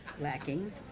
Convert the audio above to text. lacking